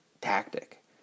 tactic